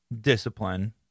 discipline